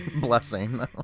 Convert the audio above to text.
blessing